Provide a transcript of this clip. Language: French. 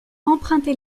empruntez